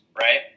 right